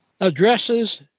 addresses